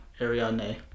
Ariane